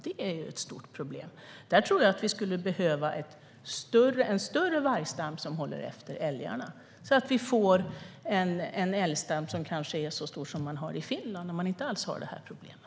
Där tror jag att vi skulle behöva en större vargstam som håller efter älgarna. Då kanske vi får en älgstam som är så stor som den i Finland, där man inte alls har det här problemet.